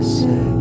say